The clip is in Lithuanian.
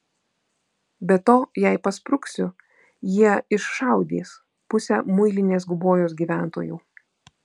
be to jei paspruksiu jie iššaudys pusę muilinės gubojos gyventojų